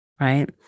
right